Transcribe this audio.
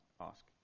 ask